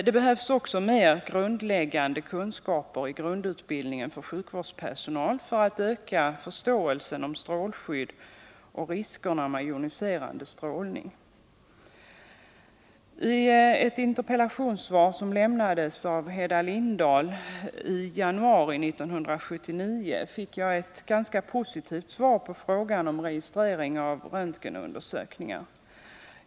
Det behövs också mer grundläggande kunskaper i grundutbildningen för sjukvårdspersonal — för att öka förståelsen när det gäller strålskydd och riskerna med joniserande strålning. I ett interpellationssvar som Hedda Lindahl lämnade i januari 1979 fick jag ett ganska positivt svar på frågan om registrering av röntg.nundersökningar.